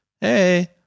Hey